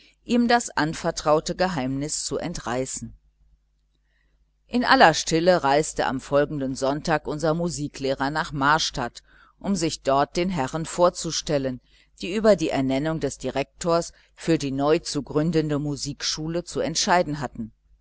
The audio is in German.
ihm das anvertraute geheimnis zu entreißen in aller stille reiste am folgenden sonntag unser musiklehrer nach marstadt um sich dort den herren vorzustellen die über die ernennung des direktors für die neu zu gründende musikschule zu entscheiden hatten